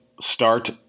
start